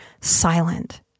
silent